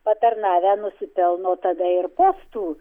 patarnavę nusipelno tada ir postų